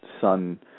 son